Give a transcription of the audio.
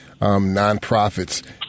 nonprofits